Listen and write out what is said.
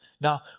Now